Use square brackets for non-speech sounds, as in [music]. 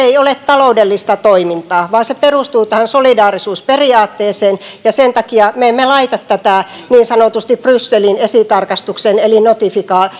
[unintelligible] ei ole taloudellista toimintaa vaan se perustuu tähän solidaarisuusperiaatteeseen ja sen takia me emme laita tätä niin sanotusti brysseliin esitarkastukseen eli notifikaation [unintelligible]